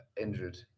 injured